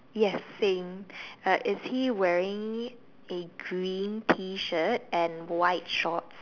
yes saying is he wearing be green T-shirt and white shorts